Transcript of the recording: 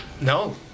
No